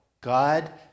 God